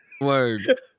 Word